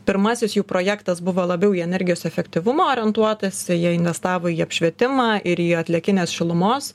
pirmasis jų projektas buvo labiau į energijos efektyvumą orientuotas jie investavo į apšvietimą ir į atliekinės šilumos